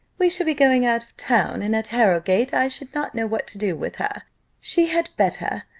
we shall be going out of town, and at harrowgate i should not know what to do with her she had better,